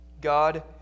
God